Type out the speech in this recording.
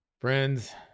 Friends